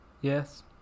Yes